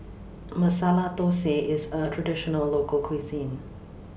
Masala Dosa IS A Traditional Local Cuisine